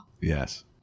Yes